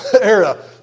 era